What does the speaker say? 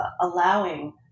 allowing